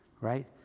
right